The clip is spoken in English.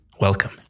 Welcome